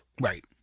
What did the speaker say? Right